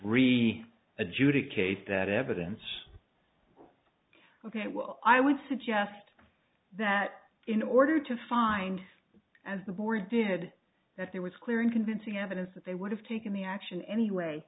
read the adjudicate that evidence ok well i would suggest that in order to find as the board did that there was clear and convincing evidence that they would have taken the action anyway